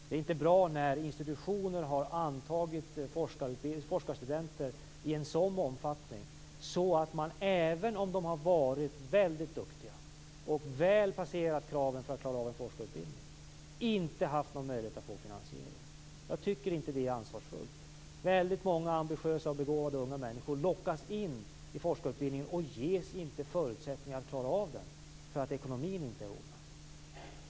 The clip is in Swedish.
Det är inte bra att institutioner har antagit forskarstudenter i en sådan omfattning att de, även om de har varit väldigt duktiga och väl passerat kraven för att klara av en forskarutbildning, inte har haft någon möjlighet att få finansiering. Jag tycker inte att detta är ansvarsfullt. Väldigt många ambitiösa, begåvade unga människor lockas in i forskarutbildningen men ges inte förutsättningar att klara av den därför att ekonomin inte är ordnad.